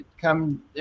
come